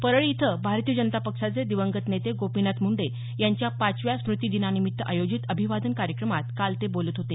परळी इथं भारतीय जनता पक्षाचे दिवंगत नेते गोपीनाथ मुंडे यांच्या पाचव्या स्मृती दिनानिमित्त आयोजित अभिवादन कार्यक्रमात काल ते बोलत होते